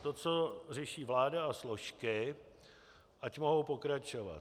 To, co řeší vláda, a složky ať mohou pokračovat.